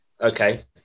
Okay